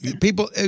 people –